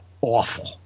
awful